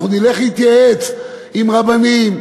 אנחנו נלך להתייעץ עם רבנים,